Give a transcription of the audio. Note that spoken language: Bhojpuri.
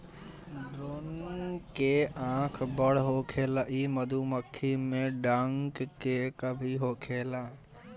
ड्रोन के आँख बड़ होखेला इ मधुमक्खी में डंक के कमी होखेला